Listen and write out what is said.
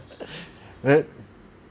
well